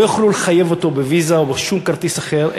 לא יוכלו לחייב אותו ב"ויזה" או בשום כרטיס אחר,